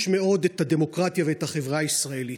מאוד את הדמוקרטיה ואת החברה הישראלית.